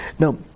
Now